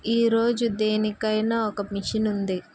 ఈరోజు దేనికైనా ఒక మిషన్ ఉంది